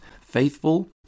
faithful